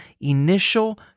initial